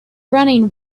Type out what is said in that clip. running